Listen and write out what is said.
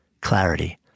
clarity